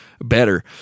better